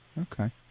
Okay